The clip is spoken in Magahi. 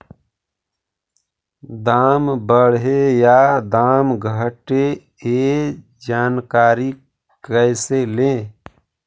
दाम बढ़े या दाम घटे ए जानकारी कैसे ले?